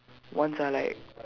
once I like